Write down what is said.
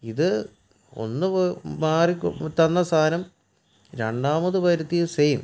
ഇത് ഒന്ന് മാറി തന്ന സാധനം രണ്ടാമത് വരുത്തിയത് സെയിം